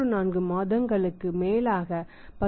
34 மாதங்களுக்கும் மேலாக 10